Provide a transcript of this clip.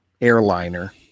airliner